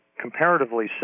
comparatively